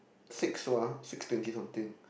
six one six thirty something